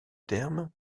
terme